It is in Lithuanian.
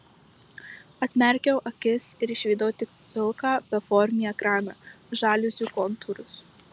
atmerkiau akis ir išvydau tik pilką beformį ekraną žaliuzių kontūrus